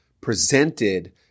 presented